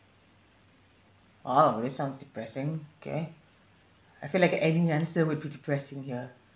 oh this sounds depressing okay I feel like any answer would be depressing here